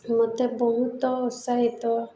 ମୋତେ ବହୁତ ଉତ୍ସାହିତ